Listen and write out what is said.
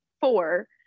four